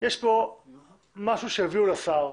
יש כאן משהו שהביאו לשר,